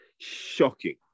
Shocking